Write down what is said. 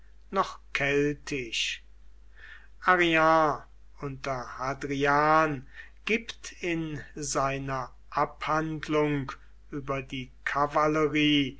noch keltisch arrian unter hadrian gibt in seiner abhandlung über die kavallerie